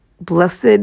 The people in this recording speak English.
blessed